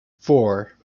four